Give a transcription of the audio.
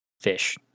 fish